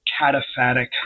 cataphatic